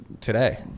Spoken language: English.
Today